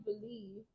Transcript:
believe